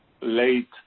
late